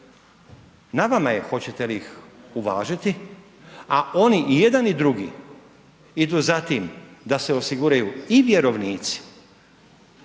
Na vama je hoće li ih uvažiti, a oni i jedan i drugi idu za tim da se osiguraju i vjerovnici,